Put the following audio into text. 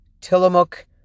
Tillamook